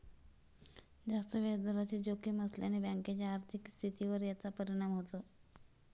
जास्त व्याजदराची जोखीम असल्याने बँकेच्या आर्थिक स्थितीवर याचा परिणाम होतो